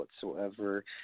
whatsoever